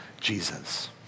Jesus